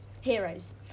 heroes